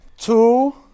Two